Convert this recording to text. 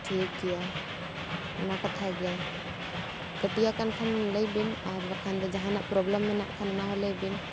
ᱴᱷᱤᱠ ᱜᱮᱭᱟ ᱚᱱᱟ ᱠᱟᱛᱷᱟ ᱜᱮ ᱠᱟᱹᱴᱤᱭᱟᱠᱟᱱ ᱠᱷᱟᱱ ᱞᱟᱹᱭᱵᱤᱱ ᱟᱨ ᱵᱟᱠᱷᱟᱱ ᱫᱚ ᱡᱟᱦᱟᱱᱟᱜ ᱯᱨᱚᱵᱽᱞᱮᱢ ᱢᱮᱱᱟᱜ ᱠᱷᱟᱱ ᱚᱱᱟ ᱦᱚᱸ ᱞᱟᱹᱭ ᱵᱤᱱ